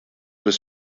was